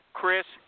Chris